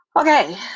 Okay